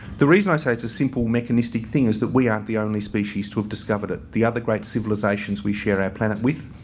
the reason i say it's a simple mechanistic thing is that we aren't the only species to have discovered it. the other great civilisations we share our planet with,